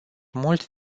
mult